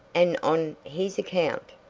and on his account.